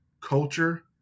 culture